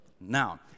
now